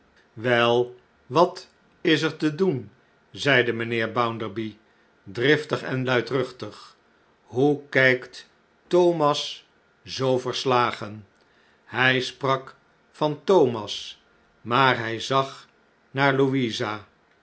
wel wat is er te doen zeide mijnheer bounderby driftig en luidruchtig hoe kijkt thomas zoo verslagen hij sprak van thomas maar hij zag naar louisa